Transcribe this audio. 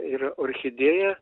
yra orchidėja